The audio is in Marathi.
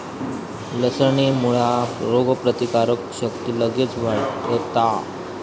लसणेमुळा रोगप्रतिकारक शक्ती लगेच वाढता